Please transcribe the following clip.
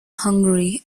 hungary